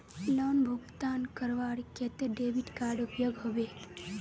Loan भुगतान करवार केते डेबिट कार्ड उपयोग होबे?